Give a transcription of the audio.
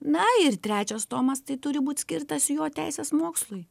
na ir trečias tomas tai turi būt skirtas jo teisės mokslui